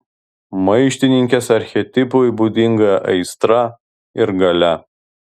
maištininkės archetipui būdinga aistra ir galia